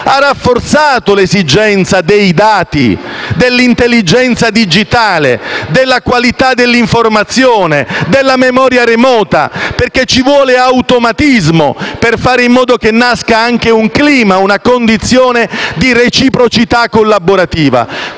ha rafforzato l'esigenza dei dati, dell'intelligenza digitale, della qualità dell'informazione, della memoria remota, perché ci vuole automatismo per fare in modo che nasca anche un clima, una condizione di reciprocità collaborativa.